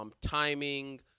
timing